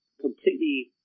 completely